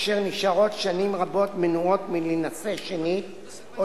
אשר נשארות שנים רבות מנועות מלהינשא שנית או